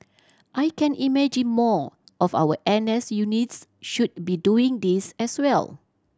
I can imagine more of our N S units should be doing this as well